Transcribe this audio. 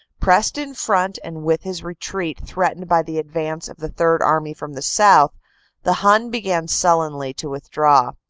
pressed in front and vith his retreat threatened by the advance of the third army from the south the hun began sullenly to withdraw,